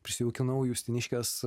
prisijaukinau justiniškes